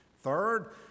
Third